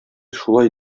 шулай